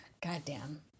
goddamn